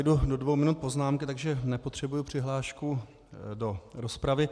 Já se vejdu do dvou minut poznámky, takže nepotřebuji přihlášku do rozpravy.